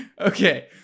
Okay